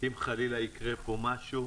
אם חלילה יקרה פה משהו,